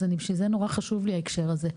אז אני בשביל זה נורא חשוב לי ההקשר הזה,